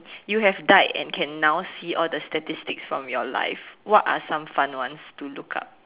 you have died and can now see all the statistics from your life what are some fun ones to look up